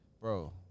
Bro